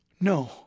No